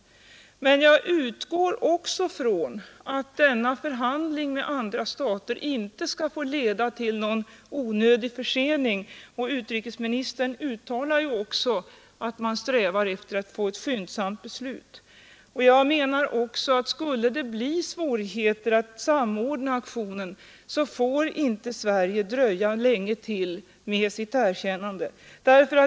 Men jag utgår från att denna förhandling med andra stater inte skall få leda till någon onödig försening. Utrikesministern uttalar ju också att man strävar efter att få ett skyndsamt beslut. Skulle det bli svårigheter att samordna aktionen får Sverige inte dröja länge till med sitt erkännande.